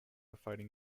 fighting